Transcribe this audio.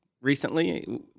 recently